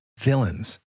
villains